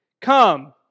Come